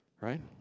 right